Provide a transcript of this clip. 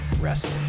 rest